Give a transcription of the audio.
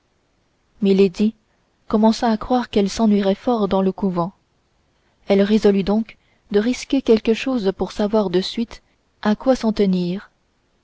éminence milady commença à croire qu'elle s'ennuierait fort dans le couvent elle résolut donc de risquer quelque chose pour savoir de suite à quoi s'en tenir